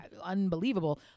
unbelievable